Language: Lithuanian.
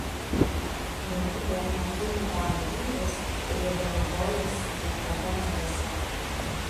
daugybė merginų gavo vyrus kurie dievagojosi niekada nevesią